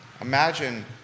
Imagine